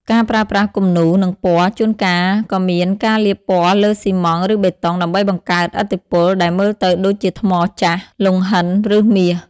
ការប្រើប្រាស់គំនូរ និងពណ៌ ជួនកាលក៏មានការលាបពណ៌លើស៊ីម៉ង់ត៍ ឬបេតុង ដើម្បីបង្កើតឥទ្ធិពលដែលមើលទៅដូចជាថ្មចាស់ លង្ហិន ឬមាស។